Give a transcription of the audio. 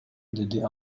деди